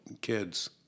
kids